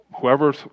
whoever